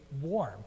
warm